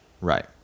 Right